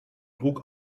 druck